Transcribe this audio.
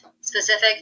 specific